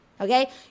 Okay